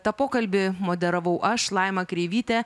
tą pokalbį moderavau aš laima kreivytė